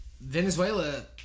Venezuela